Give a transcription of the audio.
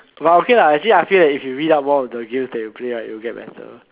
but okay lah actually I feel that if you read up more about the games that you play right you will get better